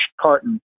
Carton